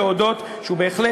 להודות שהוא בהחלט,